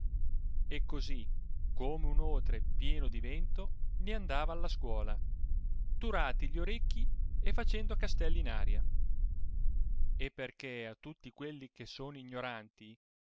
e cosi come un otre pieno di vento ne andava alla scuola turati gli orecchi e facendo castelli in aria e perchè a tutti quelli che sono ignoranti